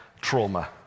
trauma